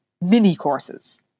mini-courses